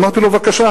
אמרתי לו: בבקשה,